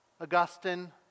Augustine